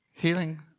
Healing